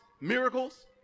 miracles